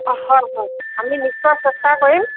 অঁ হয় হয় আমি নিশ্চয় চেষ্টা কৰিম